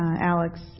Alex